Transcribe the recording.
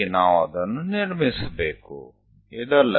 તે રચવા માટેનો આ એક રસ્તો છે